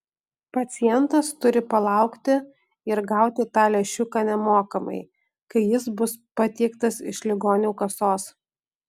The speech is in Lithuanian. pacientas turi palaukti ir gauti tą lęšiuką nemokamai kai jis bus patiektas iš ligonių kasos